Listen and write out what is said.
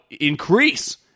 increase